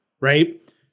right